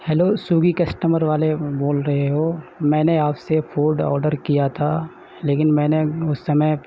hello Swiggy customer والے بول رہے ہو میں نے آپ سے فوڈ آڈر کیا تھا لیکن میں نے اس سمے